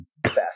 best